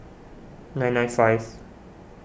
nine nine five